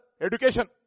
Education